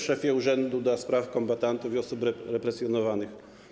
Szefie Urzędu do Spraw Kombatantów i Osób Represjonowanych!